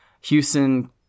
Houston